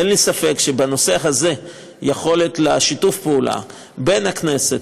אין לי ספק שבנושא הזה יכולת שיתוף הפעולה בין הכנסת,